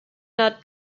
not